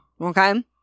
Okay